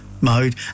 mode